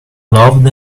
loved